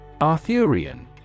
Arthurian